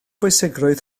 bwysigrwydd